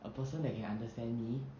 a person that can understand me